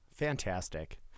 Fantastic